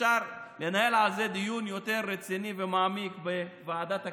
אפשר לנהל על זה דיון יותר רציני ומעמיק בוועדת הכלכלה,